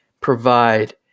provide